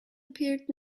appeared